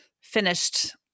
finished